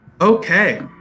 Okay